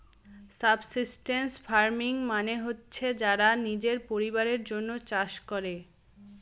subsistence farming মানে হচ্ছে যারা নিজের পরিবারের জন্য চাষ করে